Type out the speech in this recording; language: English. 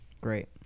Great